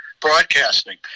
broadcasting